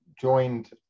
joined